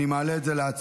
אני מעלה את זה להצבעה,